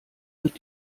wird